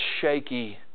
shaky